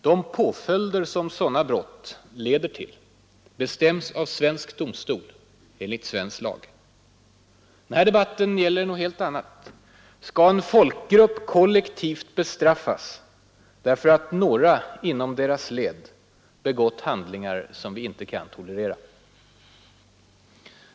De påföljder som sådana brott leder till bestäms av svensk domstol enligt svensk lag. Denna debatt gäller något helt annat. Skall en folkgrupp kollektivt bestraffas, därför att några inom dess led begått handlingar som vi inte kan tolerera?